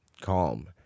calm